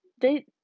they-